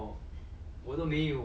因为